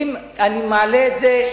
אם אני מעלה את זה,